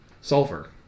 sulfur